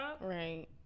right